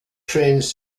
trains